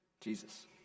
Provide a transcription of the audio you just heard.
Jesus